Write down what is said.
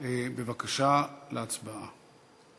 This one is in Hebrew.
ראשונה, בבקשה, להצבעה.